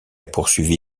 poursuivi